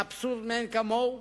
אבסורד מאין כמוהו.